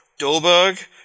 Dolberg